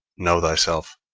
know thyself.